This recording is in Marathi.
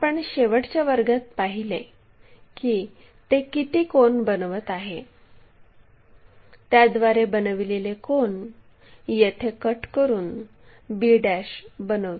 आपण शेवटच्या वर्गात पाहिले की ते किती कोन बनवत आहे त्याद्वारे बनविलेले कोन येथे कट करून b बनवते